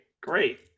great